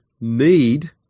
need